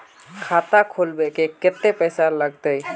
खाता खोलबे में कते पैसा लगते?